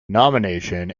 nomination